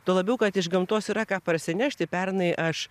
tuo labiau kad iš gamtos yra ką parsinešti pernai aš